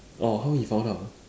orh how he found out ah